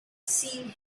seen